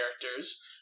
characters